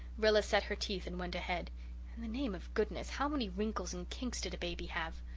rilla set her teeth and went ahead. in the name of goodness, how many wrinkles and kinks did a baby have?